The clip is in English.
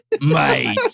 Mate